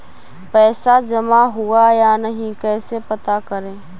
पैसा जमा हुआ या नही कैसे पता करे?